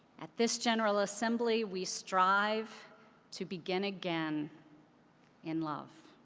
at this general assembly, we strive to begin again in love.